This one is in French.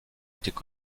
étaient